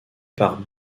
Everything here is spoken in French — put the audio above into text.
par